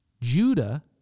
Judah